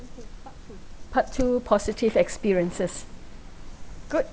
part two positive experiences good